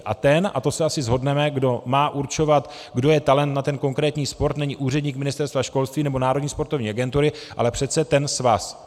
A ten, a to se asi shodneme, kdo má určovat, kdo je talent na ten konkrétní sport, není úředník Ministerstva školství nebo Národní sportovní agentury, ale přece ten svaz.